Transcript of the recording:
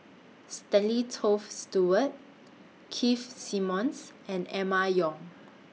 Stanley Toft Stewart Keith Simmons and Emma Yong